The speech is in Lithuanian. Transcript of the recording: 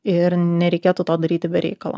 ir nereikėtų to daryti be reikalo